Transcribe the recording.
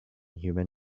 human